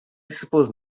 suppose